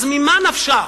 אז ממה נפשך?